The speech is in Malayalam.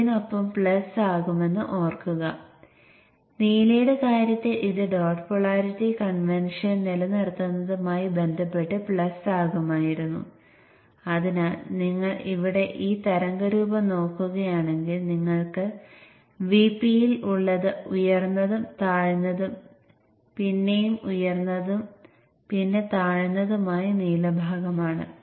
അതിനാൽ ഹാഫ് ബ്രിഡ്ജ് കോൺഫിഗറേഷൻ അല്ലെങ്കിൽ കണക്റ്റർ കോൺഫിഗറേഷൻ പ്രവർത്തിക്കുന്നത് ഇങ്ങനെയാണ്